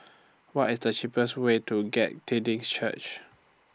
What IS The cheapest Way to Glad Tidings Church